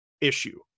issue